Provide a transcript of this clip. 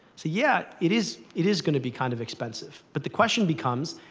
so yeah, it is it is going to be kind of expensive, but the question becomes,